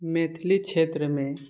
मैथिली क्षेत्रमे